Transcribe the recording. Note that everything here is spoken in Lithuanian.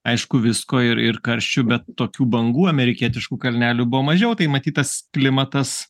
aišku visko ir ir karščių bet tokių bangų amerikietiškų kalnelių buvo mažiau tai matyt tas klimatas